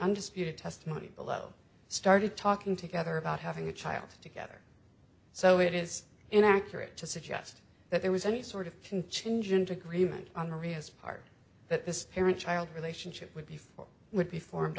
undisputed testimony below started talking together about having a child together so it is inaccurate to suggest that there was any sort of contingent agreement on her his part that this parent child relationship would be for would be formed